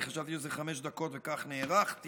כי חשבתי שזה חמש דקות ולכך נערכתי.